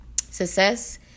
Success